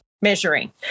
measuring